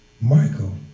Michael